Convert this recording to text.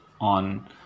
on